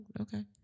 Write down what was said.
Okay